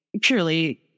purely